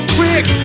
quick